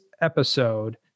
episode